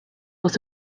was